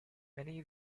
many